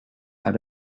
out